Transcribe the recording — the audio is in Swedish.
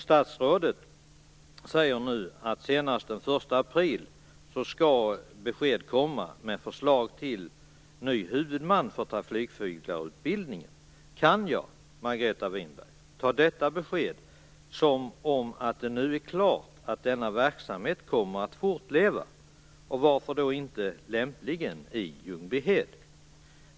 Statsrådet säger nu att man senast den 1 april skall komma med förslag till ny huvudman för trafikflygarutbildningen. Kan jag, Margareta Winberg, ta detta besked som att det nu är klart att denna verksamhet kommer att fortleva? Det gör den i så fall lämpligen i Ljungbyhed.